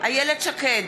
איילת שקד,